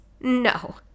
No